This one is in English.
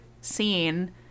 scene